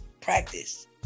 practice